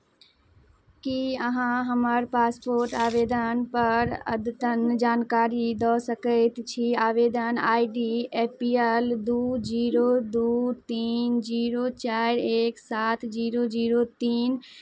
की अहाँ हमर पासपोर्ट आवेदनपर अद्यतन जानकारी दऽ सकैत छी आवेदन I D A P L दू जीरो दू तीन जीरो चारि एक सात जीरो जीरो तीन